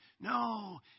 No